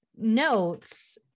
notes